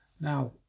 Now